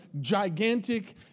gigantic